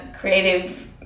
creative